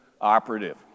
operative